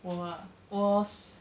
我 ah 我